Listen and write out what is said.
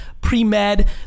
pre-med